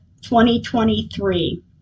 2023